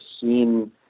seen